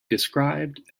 described